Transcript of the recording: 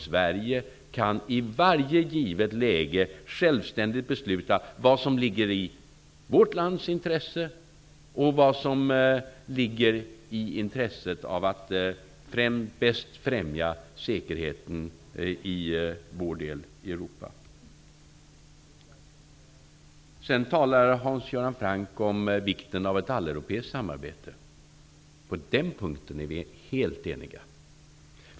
Sverige kan i varje givet läge självständigt besluta vad som ligger i vårt lands intresse och vad som bäst främjar säkerheten i vår del av Europa. Hans Göran Franck talar om vikten av ett alleuropeiskt samarbete. På den punkten är vi helt eniga.